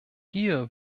hier